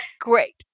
Great